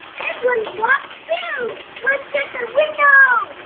this one's locked too! let's check the window!